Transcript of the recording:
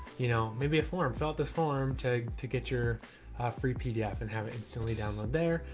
you know, maybe a form fill out this form to, to get your ah free pdf and have it instantly download there.